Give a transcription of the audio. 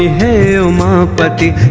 hail ah but the